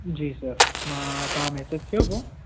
जी sir मां तव्हां message कयो पोइ